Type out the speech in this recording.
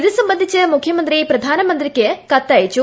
ഇതും സംബന്ധിച്ച് മുഖ്യമന്ത്രി പ്രധാനമന്ത്രിക്ക് കത്തയച്ചു